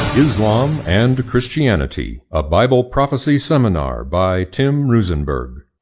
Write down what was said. islam and christianity, a bible prophecy seminar, by tim roosenberg.